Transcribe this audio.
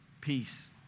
Peace